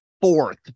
fourth